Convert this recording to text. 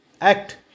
act